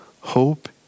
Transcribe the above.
hope